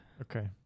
Okay